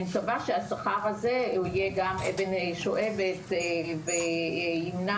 אני מקווה שהשכר יהיה אבן שואבת שתמשוך